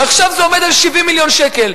ועכשיו זה עומד על 70 מיליון שקל.